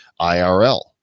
IRL